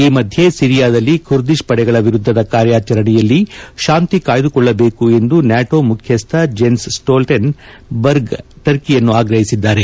ಈ ಮಧ್ಯೆ ಸಿರಿಯಾದಲ್ಲಿ ಕುರ್ದಿಷ್ ಪಡೆಗಳ ವಿರುದ್ದದ ಕಾರ್ಯಾಚರಣೆಯಲ್ಲಿ ಶಾಂತಿ ಕಾಯ್ದುಕೊಳ್ಳಬೇಕು ಎಂದು ನ್ಯಾಟೋ ಮುಖ್ಯಸ್ಥ ಜೆನ್ಸ್ ಸ್ಫೋಲ್ಸೆನ್ ಬರ್ಗ್ ಟರ್ಕಿಯನ್ನು ಆಗ್ರಹಿಸಿದ್ದಾರೆ